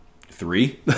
three